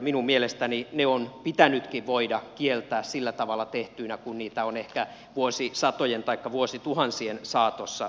minun mielestäni ne on pitänytkin voida kieltää sillä tavalla tehtyinä kuin niitä on ehkä vuosisatojen taikka vuosituhansien saatossa tehty